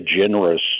generous